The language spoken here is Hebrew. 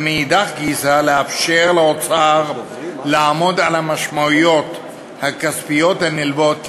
ומאידך גיסא לאפשר לאוצר לעמוד על המשמעויות הכספיות הנלוות לסעיף.